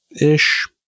ish